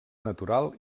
natural